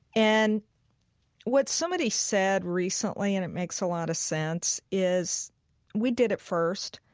and what somebody said recently, and it makes a lot of sense, is we did it first,